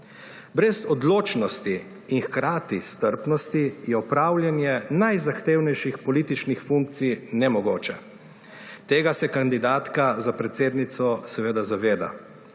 Brez odločnosti in hkrati strpnosti je opravljanje najzahtevnejših političnih funkcij nemogoče. Tega se kandidatka za predsednico seveda zaveda.